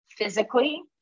Physically